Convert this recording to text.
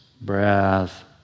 Breath